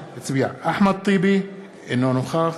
אחמד טיבי, אינו נוכח